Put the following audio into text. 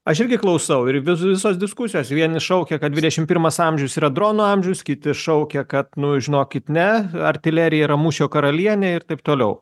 aš irgi klausau ir visos diskusijos vieni šaukia kad dvidešim pirmas amžius yra dronų amžius kiti šaukia kad nu žinokit ne artilerija yra mūšio karalienė ir taip toliau